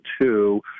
two